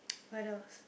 what else